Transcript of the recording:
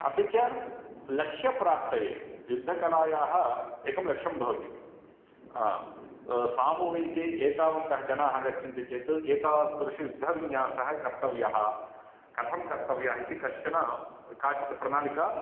अपि च लक्ष्यप्राप्तये युद्धकलायाः एकं लक्ष्यं भवति सामूहिके एतावन्तः जनाः गच्छन्ति चेत् एतादृशयुद्धविन्यासः कर्तव्यः कथं कर्तव्यः इति कश्चन काचित् प्रणालिका